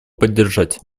поддержать